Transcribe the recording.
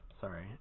sorry